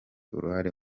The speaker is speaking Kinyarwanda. uruhare